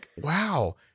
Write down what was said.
Wow